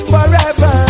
Forever